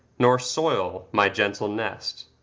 nor soil my gentle nest.